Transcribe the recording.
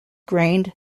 grained